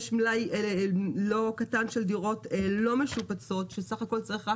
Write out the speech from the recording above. יש מלאי לא קטן של דירות לא משופצות שסך הכל צריך רק